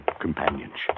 companionship